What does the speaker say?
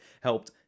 helped